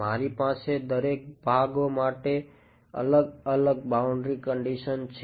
મારી પાસે દરેક ભાગો માટે અલગ અલગ બાઉન્ડ્રી કંડીશન છે